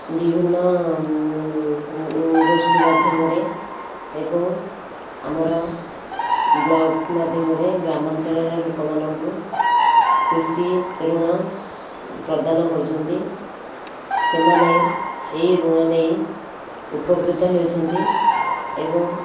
ବିଭିନ୍ନ ଗୋଷ୍ଠୀ ମାଧ୍ୟମରେ ଏବଂ ଆମର ବ୍ଲକ ମାଧ୍ୟମରେ ଗ୍ରାମାଞ୍ଚଳର ଲୋକମାନଙ୍କୁ କୃଷି ଋଣ ପ୍ରଦାନ କରୁଛନ୍ତି ସେମାନେ ଏହି ଋଣ ନେଇ ଉପକୃତ ହେଉଛନ୍ତି ଏବଂ